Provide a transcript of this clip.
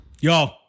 Yo